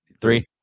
Three